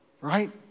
right